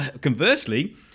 conversely